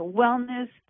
wellness